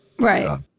Right